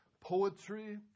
poetry